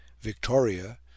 Victoria